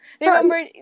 Remember